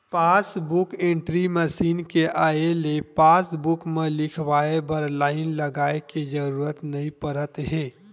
passbook entry machine के आए ले पासबूक म लिखवाए बर लाईन लगाए के जरूरत नइ परत हे